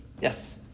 Yes